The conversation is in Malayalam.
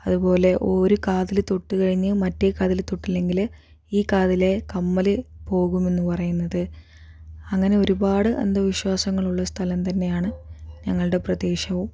അതുപോലെ ഒരു കാതില് തൊട്ട് കഴിഞ്ഞ് മറ്റേ കാതില് തൊട്ടില്ല എങ്കില് ഈ കാതിലെ കമ്മല് പോകുമെന്ന് പറയുന്നത് അങ്ങനെ ഒരുപാട് അന്ധവിശ്വാസങ്ങളുള്ള സ്ഥലം തന്നെയാണ് ഞങ്ങളുടെ പ്രദേശവും